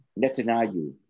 Netanyahu